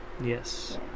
Yes